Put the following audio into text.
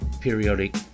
periodic